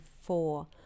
four